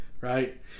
right